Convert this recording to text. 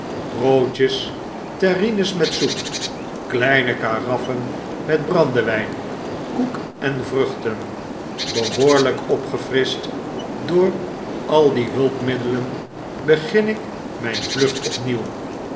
broodjes terrines met soep kleine karaffen met brandewjn koek en vruchten behoorlyk opgefrischt door al die hulpmiddelen begin ik mjjn vlucht opnieuw